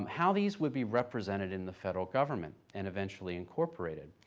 how these would be represented in the federal government, and eventually incorporated.